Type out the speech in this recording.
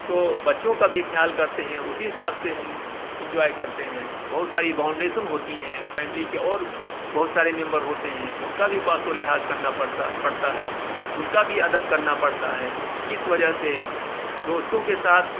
تو بچوں کا بھی خیال کرتے ہیں اُسی حساب سے ہم انجوائے کرتے ہیں بہت ساری باؤنڈیشن ہوتی ہیں فیملی کے اور بہت سارے ممبر ہوتے ہیں اُن کا بھی پاس و لحاظ کرنا پڑتا پڑتا ہے اُن کا بھی ادب کرنا پڑتا ہے اِس وجہ سے دوستوں کے ساتھ